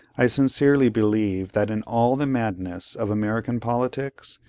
i sincerely believe that in all the madness of american politics,